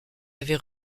avait